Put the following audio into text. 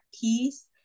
peace